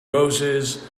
roses